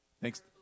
Thanks